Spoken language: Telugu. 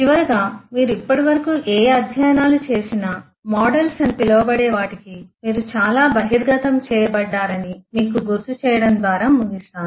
చివరగా మీరు ఇప్పటివరకు ఏ అధ్యయనాలు చేసినా మోడల్స్ అని పిలవబడే వాటికి మీరు చాలా బహిర్గతం చేయబడ్డారని మీకు గుర్తు చేయడం ద్వారా ముగిస్తాను